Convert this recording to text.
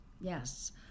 Yes